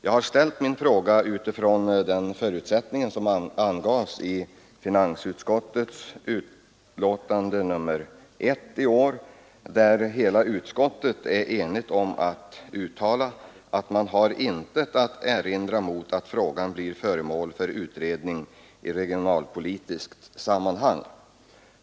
Jag har ställt min fråga utifrån den förutsättning som angavs i finansutskottets betänkande nr 1 i år, där hela utskottet är enigt om att uttala att man har intet att erinra mot att denna fråga blir föremål för utredning i regionalpolitiskt sammanhang.